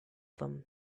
them